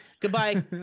Goodbye